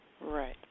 Right